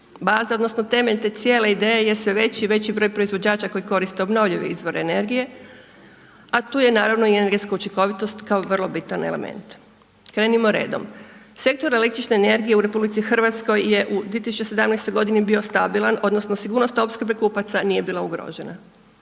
Baza odnosno, temelj te cijele ideje je sve veći i veći broj proizvođača koji koristi obnovljive izvore energije, a tu je naravno i energetska učinkovitost kao vrlo bitan element. Krenimo redom, sektor električne energije u RH je u 2017. godini bio stabilan, odnosno sigurnost opskrbe kupaca nije bila ugrožena.